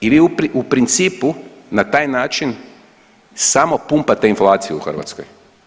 I vi u principu na taj način samo pumpate inflaciju u Hrvatskoj.